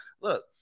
Look